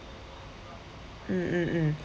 mm mm mm